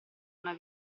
una